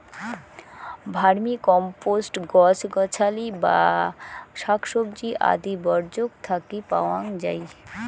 vermicompost গছ গছালি বা শাকসবজি আদি বর্জ্যক থাকি পাওয়াং যাই